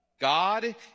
God